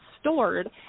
stored